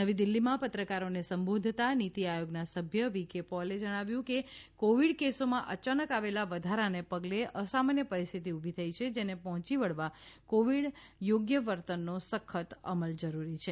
નવી દિલ્ફીમાં પત્રકારોને સંબોધતા નીતિ આયોગના સભ્ય વી કે પોલે જણાવ્યું છે કે કોવિડ કેસોમાં અયાનક આવેલા વધારાને પગલે અસમાન્ય પરિસ્થિતી ઊભી થઈ છે જેને પહોંચી વળવા કોવિડ થોગ્ય વર્તનનો સખત અમલ જરૂરી છે